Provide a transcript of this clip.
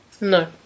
No